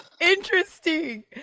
interesting